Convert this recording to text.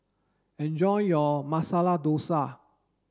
enjoy your Masala Dosa